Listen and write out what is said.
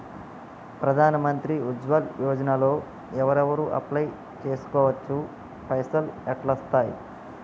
ప్రధాన మంత్రి ఉజ్వల్ యోజన లో ఎవరెవరు అప్లయ్ చేస్కోవచ్చు? పైసల్ ఎట్లస్తయి?